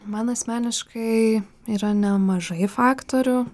man asmeniškai yra nemažai faktorių